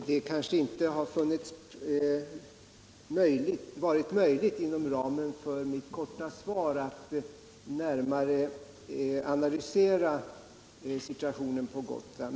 Herr talman! Det kanske inte har varit möjligt inom ramen för mitt korta svar att närmare analysera situationen på Gotland.